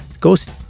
Ghost